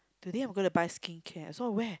today I'm going to buy skin care so where